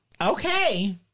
Okay